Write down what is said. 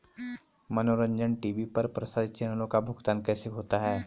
मनोरंजन टी.वी पर प्रसारित चैनलों का भुगतान कैसे होता है?